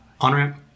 on-ramp